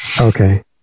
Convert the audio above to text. Okay